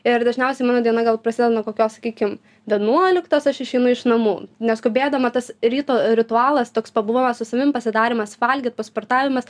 ir dažniausiai mano diena gal prasideda nuo kokios sakykim vienuoliktos aš išeinu iš namų neskubėdama tas ryto ritualas toks pabuvojimas su savim pasidarymas valgyt pasportavimas